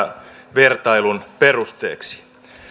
vertailun perusteeksi